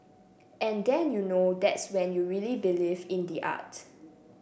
and then you know that's when you really believe in the art